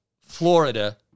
Florida